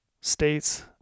states